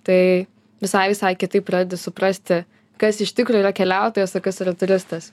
tai visai visai kitaip pradedi suprasti kas iš tikro yra keliautojas o kas yra turistas